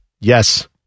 Yes